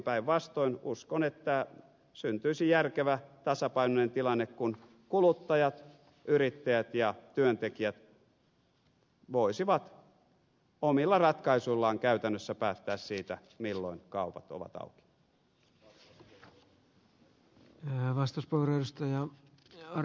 päinvastoin uskon että syntyisi järkevä tasapainoinen tilanne kun kuluttajat yrittäjät ja työntekijät voisivat omilla ratkaisuillaan käytännössä päättää siitä milloin kaupat ovat auki